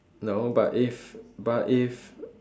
no but if but if